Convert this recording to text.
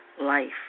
Life